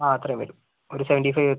അത്ര രൂപ വരും ഒരു സെവെൻറ്റി ഫൈവ് വരും